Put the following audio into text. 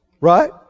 right